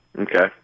Okay